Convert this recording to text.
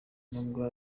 nubwo